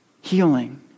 healing